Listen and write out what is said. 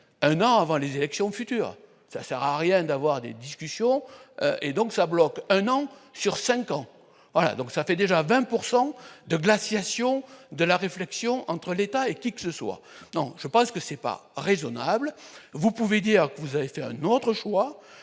un an avant les élections futures ça sert à rien d'avoir des discussions et donc ça bloque non sur 5 ans voilà donc ça fait déjà 20 pourcent de glaciation de la réflexion entre l'État et qui que ce soit, donc je pense que c'est pas raisonnables, vous pouvez dire que vous avez fait un autre choix